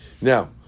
Now